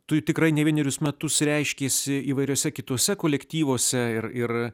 tu jį tikrai ne vienerius metus reiškėsi įvairiuose kituose kolektyvuose ir ir